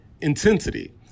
intensity